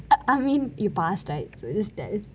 um I mean you passed right so just tell